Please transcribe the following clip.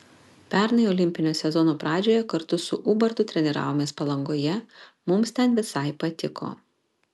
pernai olimpinio sezono pradžioje kartu su ubartu treniravomės palangoje mums ten visai patiko